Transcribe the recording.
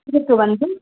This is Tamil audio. இதுக்கு வந்து